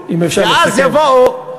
ביום אחד ביטלנו אותו,